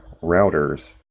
routers